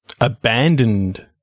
abandoned